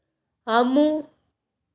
हमू बचत खाता केना खुलाबे परतें?